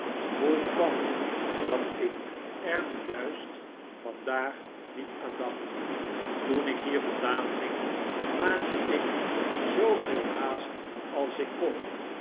hoe kwam het dat ik er nu juist vandaag niet aan dacht toen ik hier vandaan ging maakte ik zooveel haast als ik kon